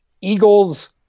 Eagles